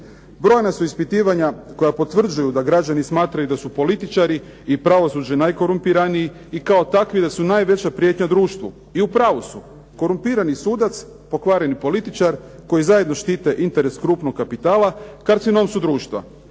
Brojna su ispitivanja koja potvrđuju da građani smatraju da političari i pravosuđe najkorumpiraniji i kao takvi da su najveća prijetnja društvu. I u pravu su. Korumpirani sudaca, pokvareni političar koji zajedno štite interes krupnog kapitala karcinom su društva.